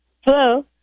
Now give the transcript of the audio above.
Hello